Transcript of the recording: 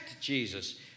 Jesus